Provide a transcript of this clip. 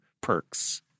perks